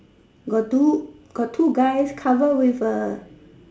got two got two guys cover with A